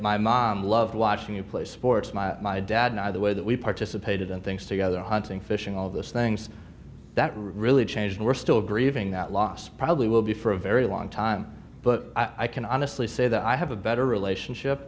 my mom loved watching you play sports my dad and i the way that we participated in things together hunting fishing all of those things that really changed we're still grieving that loss probably will be for a very long time but i can honestly say that i have a better relationship